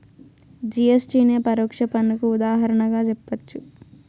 GST నే పరోక్ష పన్నుకు ఉదాహరణగా జెప్పచ్చు